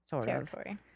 territory